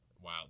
Wow